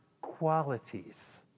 qualities